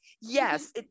yes